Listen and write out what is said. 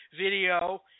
video